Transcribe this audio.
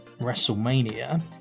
Wrestlemania